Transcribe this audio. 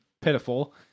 pitiful